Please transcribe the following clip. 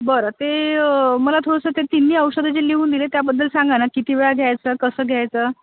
बरं ते मला थोडंसं ते तिन्ही औषधं जे लिहून दिले त्याबद्दल सांगा ना किती वेळा घ्यायचं कसं घ्यायचं